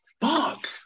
fuck